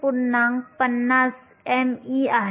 50 me आहे